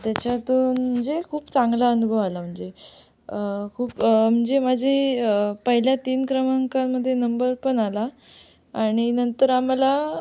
त्याच्यातून म्हणजे खूप चांगला अनुभव आला म्हणजे खूप म्हणजे माझी पहिल्या तीन क्रमांकांमध्ये नंबर पण आला आणि नंतर आम्हाला